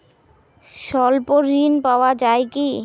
স্বল্প ঋণ পাওয়া য়ায় কি?